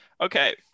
okay